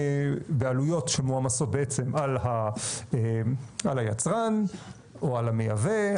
בעלויות שמועמסות בעצם על היצרן או על המייבא,